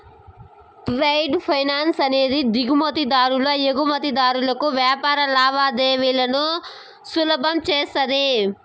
trade finance అనేది దిగుమతి దారులు ఎగుమతిదారులకు వ్యాపార లావాదేవీలను సులభం చేస్తది